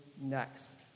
next